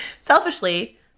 Selfishly